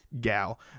gal